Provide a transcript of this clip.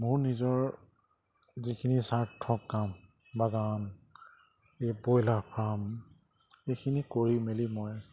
মোৰ নিজৰ যিখিনি স্বাৰ্থক কাম বাগান এই বইলাৰ ফাৰ্ম এইখিনি কৰি মেলি মই